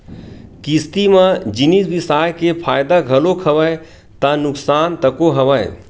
किस्ती म जिनिस बिसाय के फायदा घलोक हवय ता नुकसान तको हवय